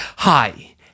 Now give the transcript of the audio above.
Hi